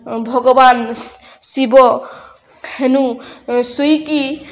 ଭଗବାନ ଶିବ ହେନୁ ସ୍ଵିକି